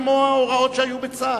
כמעט כמו ההוראות שהיו בצה"ל.